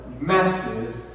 massive